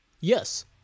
Yes